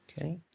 Okay